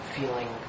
feeling